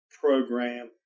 program